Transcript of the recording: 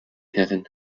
herren